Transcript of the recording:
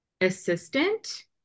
assistant